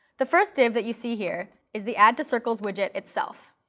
the first div that you see here is the add to circles widget itself.